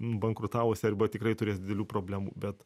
bankrutavusi arba tikrai turės didelių problemų bet